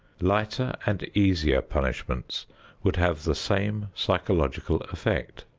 lighter and easier punishments would have the same psychological effect.